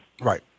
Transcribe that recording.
Right